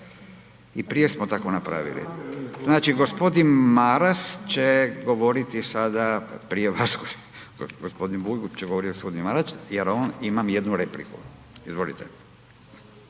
i prije smo tako napravili. Znači gospodin Maras će govoriti sada prije vas gospodin Bulj će govorit gospodin Maras jer on ima jednu repliku. Izvolite.